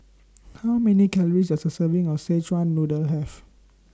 How Many Calories Does A Serving of Szechuan Noodle Have